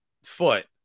foot